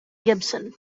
gibson